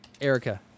erica